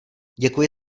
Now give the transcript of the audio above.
děkuji